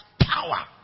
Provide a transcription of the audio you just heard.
power